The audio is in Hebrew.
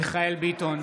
מיכאל מרדכי ביטון,